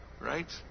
Right